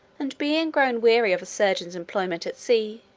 and being grown weary of a surgeon's employment at sea,